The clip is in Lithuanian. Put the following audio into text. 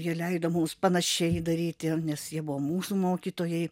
jie leido mums panašiai daryti nes jie buvo mūsų mokytojai